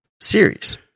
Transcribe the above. series